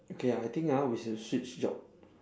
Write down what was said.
okay ah I think ah we should switch job